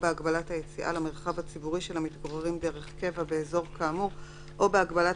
בהגבלת היציאה למרחב הציבורי של המתגוררים דרך קבע באזור כאמור או בהגבלת